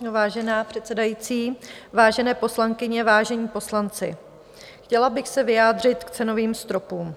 Vážená předsedající, vážené poslankyně, vážení poslanci, chtěla bych se vyjádřit k cenovým stropům.